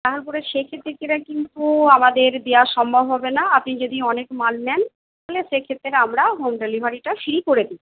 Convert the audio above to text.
তাহলে পরে সেক্ষেত্রে কিনা কিন্তু আমাদের দেওয়া সম্ভব হবে না আপনি যদি অনেক মাল নেন তাহলে সেক্ষেত্রে আমরা হোম ডেলিভারিটা ফ্রি করে দিই